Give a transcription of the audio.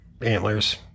antlers